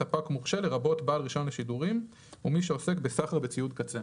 "ספק מורשה" לרבות בעל רישיון לשידורים ומי שעוסק בסחר בציוד קצה